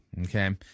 Okay